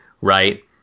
right